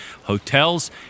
hotels